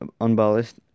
unbalanced